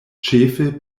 ĉefe